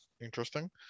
Interesting